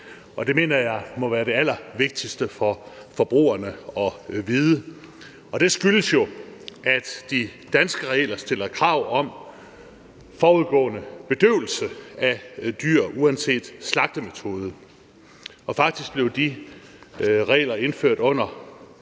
det mener jeg må være det allervigtigste for forbrugerne at vide. Det skyldes jo, at de danske regler stiller krav om forudgående bedøvelse af dyr uanset slagtemetode, og faktisk blev de regler indført under